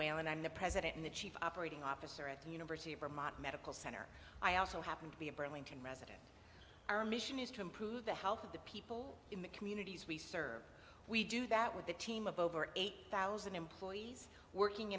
whalen i'm the president and the chief operating officer at the university of vermont medical center i also happen to be a burlington resident our mission is to improve the health of the people in the communities we serve we do that with a team of over eight thousand employees working